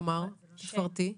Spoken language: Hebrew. תפרטי.